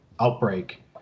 outbreak